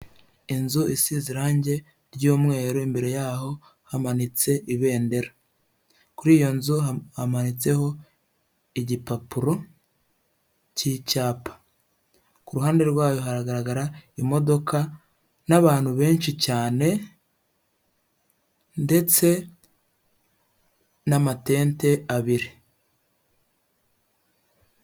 Inzu isize irangi ry'umweru, imbere yaho hamanitse ibendera, kuri iyo nzu hamanitseho igipapuro cy'icyapa, ku ruhande rwayo hagaragara imodoka n'abantu benshi cyane ndetse n'amatente abiri.